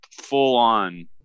full-on